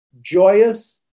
joyous